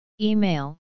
Email